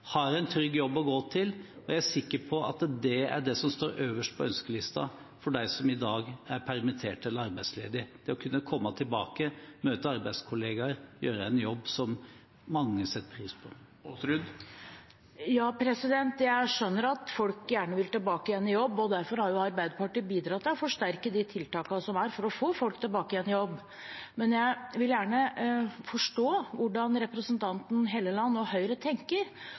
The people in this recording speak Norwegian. har en trygg jobb å gå til. Jeg er sikker på at det er det som står øverst på ønskelisten for dem som i dag er permittert eller arbeidsledige, det å kunne komme tilbake, møte arbeidskollegaer, gjøre en jobb som mange setter pris på. Jeg skjønner at folk gjerne vil tilbake i jobb, og derfor har Arbeiderpartiet bidratt til å forsterke tiltakene for å få folk tilbake. Men jeg vil gjerne forstå hvordan representanten Helleland og Høyre tenker